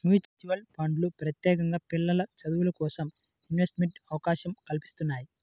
mutual ఫండ్లు ప్రత్యేకంగా పిల్లల చదువులకోసం ఇన్వెస్ట్మెంట్ అవకాశం కల్పిత్తున్నయ్యి